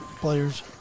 players